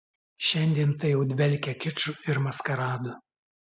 šiandien tai jau dvelkia kiču ir maskaradu